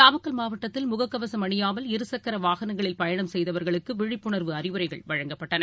நாமக்கல் மாவட்டத்தில் முகக்கவசம் அணியாமல் இருசக்கரவாகனங்களில் பயணம் செய்தவர்களுக்குவிழிப்புணர்வு அறிவுரைகள் வழங்கப்பட்டன